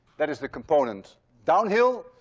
that is the component downhill.